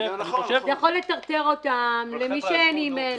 זה יכול לטרטר אותם, למי שאין לו אי-מייל.